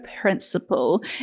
principle